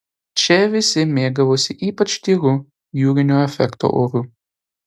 čia visi mėgavosi ypač tyru jūrinio efekto oru